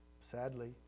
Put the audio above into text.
Sadly